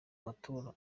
amaturo